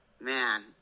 man